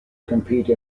compete